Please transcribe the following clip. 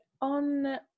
on